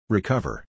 Recover